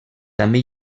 també